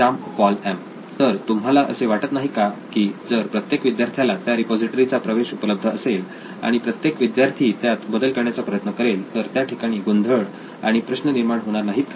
Shyam Paul M तर तुम्हाला असे वाटत नाही का की जर प्रत्येक विद्यार्थ्याला त्या रिपॉझिटरी चा प्रवेश उपलब्ध असेल आणि प्रत्येक विद्यार्थी त्यात बदल करण्याचा प्रयत्न करेल तर त्या ठिकाणी गोंधळ आणि प्रश्न निर्माण होणार नाहीत का